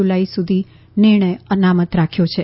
જુલાઇ સુધી નિર્ણય અનામત રાખ્યો છે